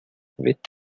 with